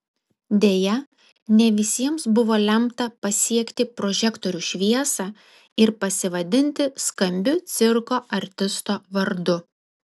deja ne visiems buvo lemta pasiekti prožektorių šviesą ir pasivadinti skambiu cirko artisto vardu